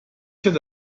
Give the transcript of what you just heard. hätte